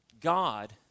God